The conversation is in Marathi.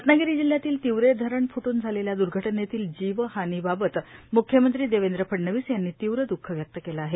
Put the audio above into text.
रत्नागिरी जिल्ह्यातील तिवरे धरण फ्टून झालेल्या द्र्घटनेतील जीवहानीबाबत म्ख्यमंत्री देवेंद्र फडणवीस यांनी तीव्र द्ख व्यक्त केले आहे